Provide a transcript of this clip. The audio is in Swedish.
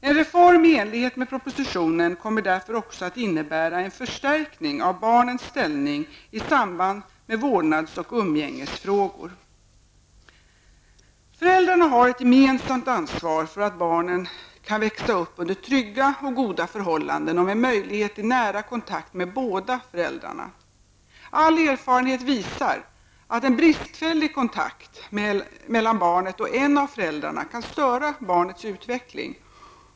En reform i enlighet med propositionen kommer därför också att innebära en förstärkning av barnens ställning i samband med vårdnads och umgängesfrågor. Föräldrar har ett gemensamt ansvar för att barnen kan växa upp under trygga och goda förhållanden och med möjlighet till nära kontakter med båda föräldrarna. All erfarenhet visar att en bristfällig kontakt mellan barnet och en av föräldrarna kan störa barnets utveckling.